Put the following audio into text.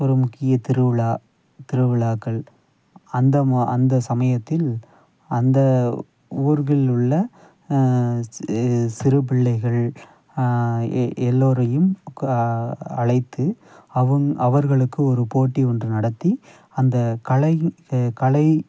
ஒரு முக்கிய திருவிழா திருவிழாக்கள் அந்த மா அந்த சமயத்தில் அந்த ஊர்கள் உள்ள சி சிறு பிள்ளைகள் எ எல்லோரையும் கா அழைத்து அவுங் அவர்களுக்கு ஒரு போட்டி ஒன்று நடத்தி அந்த கலையும் கலை